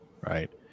right